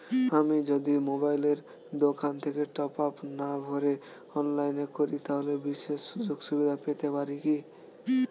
আমি যদি মোবাইলের দোকান থেকে টপআপ না ভরে অনলাইনে করি তাহলে বিশেষ সুযোগসুবিধা পেতে পারি কি?